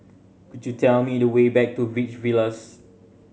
could you tell me the way back to Beach Villas